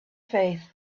faith